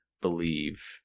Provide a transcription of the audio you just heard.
believe